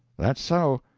that's so.